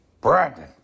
Brandon